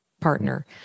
partner